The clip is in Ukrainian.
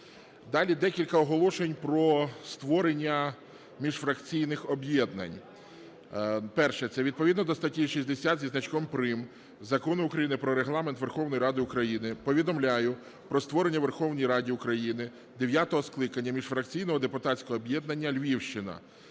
Далі. Декілька оголошень про створення міжфракційних об'єднань. Перше. Це відповідно до статті 60 зі значком "прим." Закону України "Про Регламент Верховної Ради України" повідомляю про створення у Верховній Раді України дев'ятого скликання міжфракційного депутатського об'єднання "Львівщина".